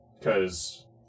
Cause